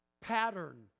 pattern